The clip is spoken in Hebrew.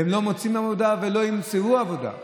הם לא מוצאים עבודה ולא ימצאו עבודה,